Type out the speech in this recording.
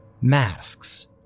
Masks